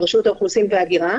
ברשות האוכלוסין וההגירה.